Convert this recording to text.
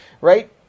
right